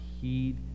heed